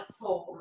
form